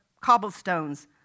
cobblestones